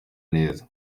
neza